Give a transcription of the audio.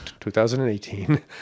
2018